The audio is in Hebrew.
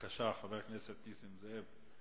בבקשה, חבר הכנסת נסים זאב.